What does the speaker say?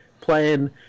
playing